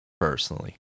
personally